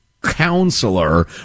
counselor